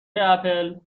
اپل